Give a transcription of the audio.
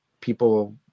people